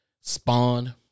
Spawn